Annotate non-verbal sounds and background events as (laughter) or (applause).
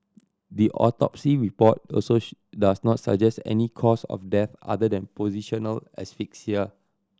the autopsy report also (unintelligible) does not suggest any cause of death other than positional asphyxia